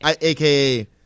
aka